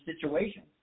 situations